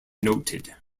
noted